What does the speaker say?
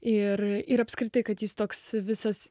ir apskritai kad jis toks visas